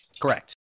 Correct